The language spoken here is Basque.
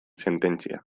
sententzia